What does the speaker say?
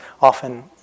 often